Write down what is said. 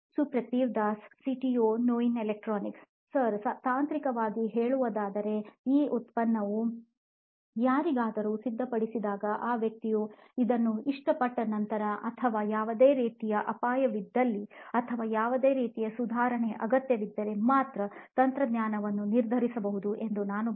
ಸುಪ್ರತಿವ್ Das C T O ನೋಯಿನ್ electronics sir ತಾಂತ್ರಿಕವಾಗಿ ಹೇಳುವುದಾದರೆ ಈ ಉತ್ಪನ್ನವನ್ನು ಯಾರಿಗಾದರೂ ಸಿದ್ಧಪಡಿಸಿದಾಗ ವ್ಯಕ್ತಿಯು ಅದನ್ನು ಇಷ್ಟಪಟ್ಟ ನಂತರವೇ ಅಥವಾ ಯಾವುದೇ ರೀತಿಯ ಅಪಾಯವಿದ್ದಲ್ಲಿ ಅಥವಾ ಯಾವುದೇ ರೀತಿಯ ಸುಧಾರಣೆ ಅಗತ್ಯವಿದ್ದರೆ ಮಾತ್ರ ತಂತ್ರಜ್ಞಾನವನ್ನು ನಿರ್ಧರಿಸಬಹುದು ಎಂದು ನಾನು ಹೇಳಬಲ್ಲೆ